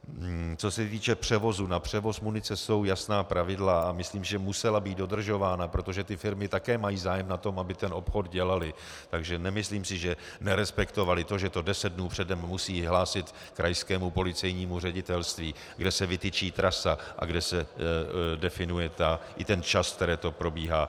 Co se týče převozu, na převoz munice jsou jasná pravidla a myslím, že musela být dodržována, protože firmy také mají zájem na tom, aby obchod dělaly, takže si nemyslím, že nerespektovaly, že to deset dnů předem musí hlásit krajskému policejnímu ředitelství, kde se vytyčí trasa a kde se definuje i čas, ve kterém to probíhá.